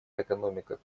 экономика